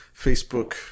Facebook